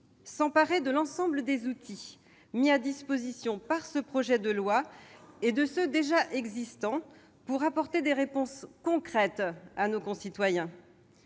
s'emparent de l'ensemble des outils mis à disposition par ce projet de loi et de ceux qui existent déjà pour apporter des réponses concrètes à nos concitoyens.